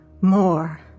more